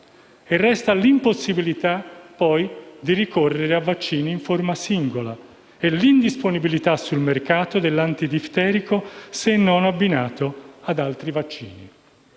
Resta l'impossibilità, poi, di ricorrere a vaccini in forma singola e l'indisponibilità sul mercato dell'antidifterico se non abbinato ad altri vaccini.